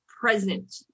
present